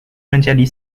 menjadi